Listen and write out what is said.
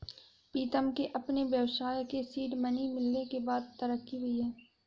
प्रीतम के अपने व्यवसाय के सीड मनी मिलने के बाद तरक्की हुई हैं